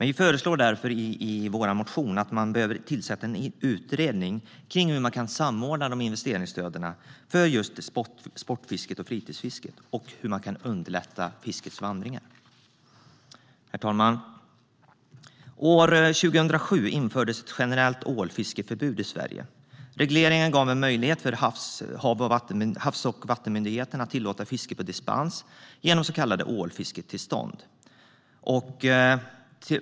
Vi föreslår därför i vår motion att en utredning ska tillsättas om hur investeringsstöden kan samordnas för sportfisket och fritidsfisket och hur man kan underlätta för fiskens vandring. Herr talman! År 2007 infördes ett generellt ålfiskeförbud i Sverige. Regleringen gav Havs och vattenmyndigheten möjlighet att tillåta fiske på dispens genom så kallade ålfisketillstånd.